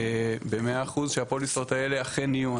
במאה אחוז שהפוליסות האלה אכן יהיו.